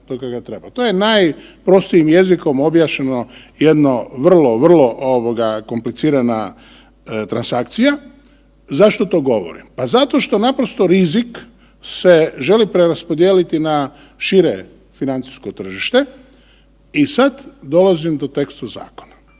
To je najprostijim jezikom objašnjeno jedno vrlo, vrlo ovoga komplicirana transakcija. Zašto to govorim? Pa zato što naprosto rizik se želi preraspodijeliti na šire financijsko tržište i sad dolazim do teksta zakona.